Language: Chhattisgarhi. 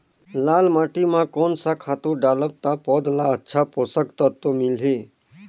लाल माटी मां कोन सा खातु डालब ता पौध ला अच्छा पोषक तत्व मिलही?